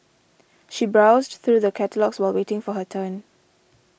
she browsed through the catalogues while waiting for her turn